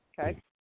Okay